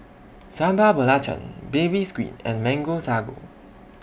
Sambal Belacan Baby Squid and Mango Sago